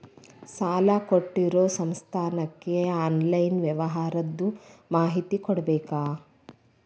ಸಾಲಾ ಕೊಟ್ಟಿರೋ ಸಂಸ್ಥಾಕ್ಕೆ ಆನ್ಲೈನ್ ವ್ಯವಹಾರದ್ದು ಮಾಹಿತಿ ಕೊಡಬೇಕಾ?